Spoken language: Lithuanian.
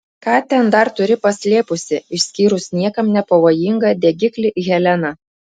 ką ten dar turi paslėpusi išskyrus niekam nepavojingą degiklį helena